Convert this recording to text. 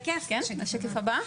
לשקף הבא: